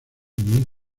muy